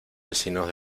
vecinos